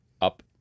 up